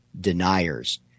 deniers